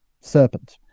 serpent